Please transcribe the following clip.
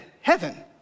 heaven